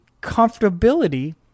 comfortability